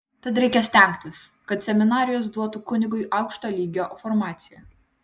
tad reikia stengtis kad seminarijos duotų kunigui aukšto lygio formaciją